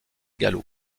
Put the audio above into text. gallo